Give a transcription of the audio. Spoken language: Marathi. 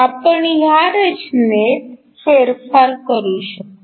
आपण ह्या रचनेत फेरफार करू शकतो